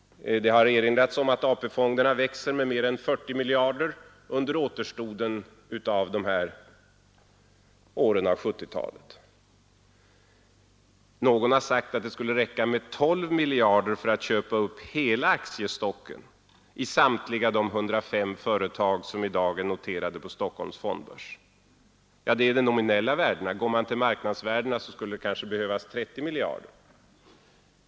Det har erinrats om att AP-fonderna växer med mer än 40 miljarder under återstoden av 1970-talet. Någon har sagt att det skulle räcka med 12 miljarder för att köpa upp hela aktiestocken i samtliga de 105 företag som i dag är noterade på Stockholms fondbörs. Det är de nominella värdena — går man till marknadsvärdena skulle det kanske behövas 30 miljarder.